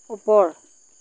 ওপৰ